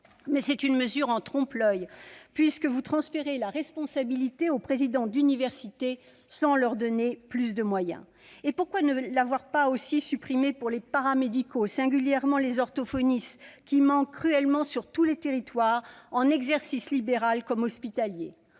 Mais c'est une mesure en trompe-l'oeil, puisque vous en transférez la responsabilité aux présidents d'université sans leur donner plus de moyens. Et pourquoi ne pas l'avoir aussi supprimé pour les paramédicaux, singulièrement les orthophonistes, qui manquent, sur tous les territoires, en exercice libéral comme hospitalier ?